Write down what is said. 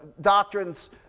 doctrines